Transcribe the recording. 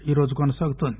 ఈరోజు కొనసాగుతోంది